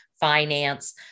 finance